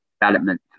development